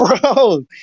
bro